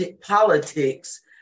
politics